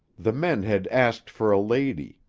the men had asked for a lady.